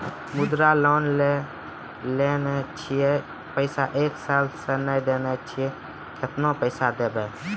मुद्रा लोन लेने छी पैसा एक साल से ने देने छी केतना पैसा देब?